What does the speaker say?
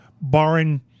barring